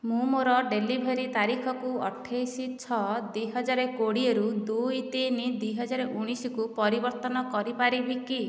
ମୁଁ ମୋ'ର ଡେଲିଭରି ତାରିଖକୁ ଅଠାଇଶ ଛଅ ଦୁଇହଜାର କୋଡିଏ ରୁ ଦୁଇ ତିନି ଦୁଇହଜାର ଊଣାଇଶକୁ ପରିବର୍ତ୍ତନ କରିପାରିବି କି